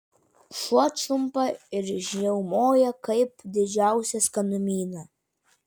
šuo čiumpa ir žiaumoja kaip didžiausią skanumyną